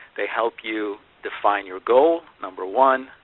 they help you define your goal, number one.